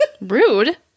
Rude